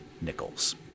Nichols